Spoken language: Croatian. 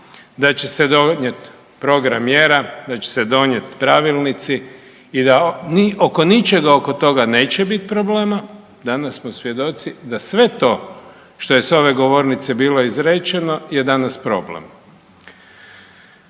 da će se donijeti program mjera, da će se donijeti pravilnici i da oko ničega oko toga neće biti problema, danas smo svjedoci da sve to što je s ove govornice bilo izrečeno je danas problem.